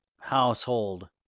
household